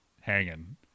hanging